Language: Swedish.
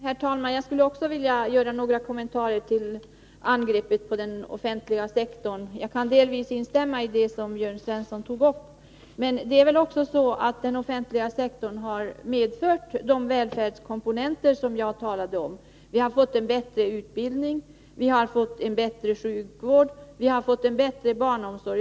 Herr talman! Jag skulle också vilja göra några kommentarer till angreppet på den offentliga sektorn. Jag kan delvis instämma i det som Jörn Svensson tog upp. Men det är väl också så att den offentliga sektorn har medfört de välfärdskomponenter som jag talade om. Vi har fått bättre utbildning, bättre sjukvård och bättre barnomsorg.